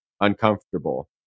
uncomfortable